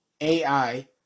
AI